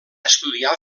estudiar